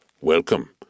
welcome